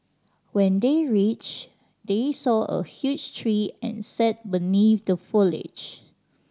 when they reached they saw a huge tree and sat beneath the foliage